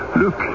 look